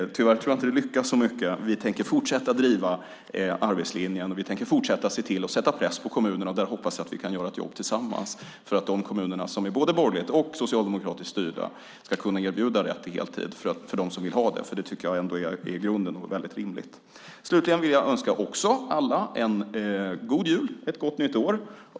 Tyvärr tror jag inte att det lyckas så bra. Vi tänker fortsätta driva arbetslinjen och vi tänker fortsätta se till att sätta press på kommunerna. Där hoppas jag att vi kan göra ett jobb tillsammans så att både de kommuner som är borgerligt och de som är socialdemokratiskt styrda ska kunna erbjuda rätt till heltid för dem som vill ha det. Det tycker jag är grunden, och väldigt rimligt. Slutligen vill också jag önska alla en god jul och ett gott nytt år.